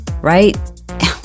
right